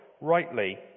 rightly